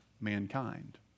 mankind